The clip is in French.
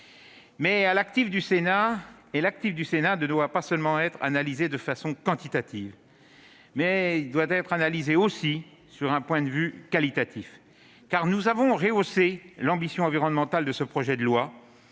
en féliciter. Toutefois, l'actif du Sénat ne doit pas seulement être analysé de façon quantitative : il doit l'être aussi d'un point de vue qualitatif, car nous avons rehaussé l'ambition environnementale de ce projet de loi.